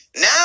Now